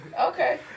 Okay